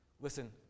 Listen